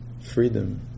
freedom